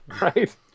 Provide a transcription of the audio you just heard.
right